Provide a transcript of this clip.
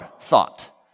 thought